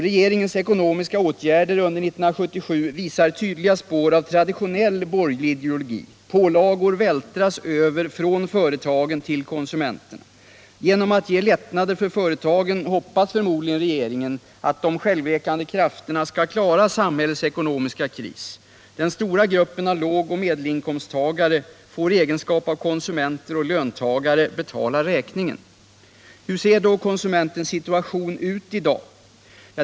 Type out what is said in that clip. Regeringens ekonomiska åtgärder under 1977 visar tydliga spår av traditionell, borgerlig ideologi — pålagor vältras över frän företagen till konsumenterna. Genom att ge lättnader för företagen hoppas förmodligen regeringen att de självläkande krafterna skall klara samhällets ekonomiska kris. Den stora gruppen av lågoch medelinkomsttagare får i egenskap av konsumenter och löntagare betala räkningen. Hur ser då konsumentens situation ut i dag?